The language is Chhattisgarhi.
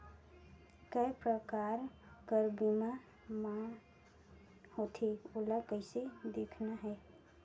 काय प्रकार कर बीमा मा होथे? ओला कइसे देखना है?